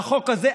והחוק הזה,